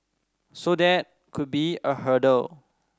so that could be a hurdle